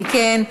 אם כן,